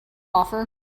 offer